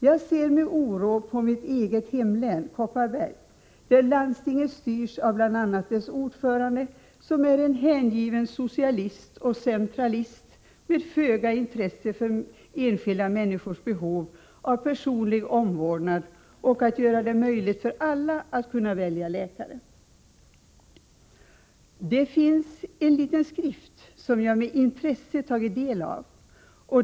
Jag ser med oro på mitt eget hemlän, Kopparberg, där landstinget styrs av bl.a. dess ordförande, som är en hängiven socialist och centralist med föga intresse för att tillmötesgå enskilda människors behov av personlig omvårdnad och att göra det möjligt för alla att kunna välja läkare. Herr talman! Det finns en liten skrift som jag med intresse tagit del av.